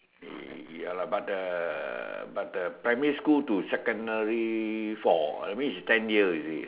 ya lah but the but the primary school to secondary four I mean its ten year you see